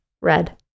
Red